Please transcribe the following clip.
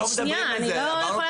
אנחנו לא מדברים על זה.